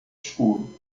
escuro